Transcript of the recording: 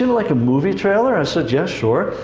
like a movie trailer. i said, yes, sure.